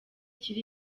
kiri